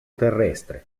terrestre